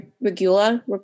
Regula